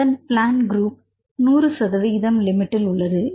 அதன் plan group 100 சதம் limit உள்ளது